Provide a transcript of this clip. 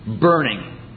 burning